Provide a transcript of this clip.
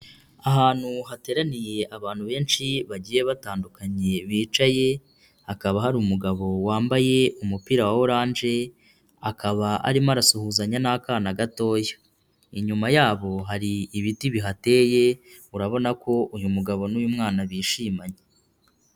Ahantu hateraniye abantu benshi bagiye batandukanye bicaye, hakaba hari umugabo wambaye umupira wa oranje, akaba arimo arasuhuzanya n'akana gatoya. Inyuma yabo hari ibiti bihateye, urabona ko uyu mugabo n'uyu mwana bishimanye.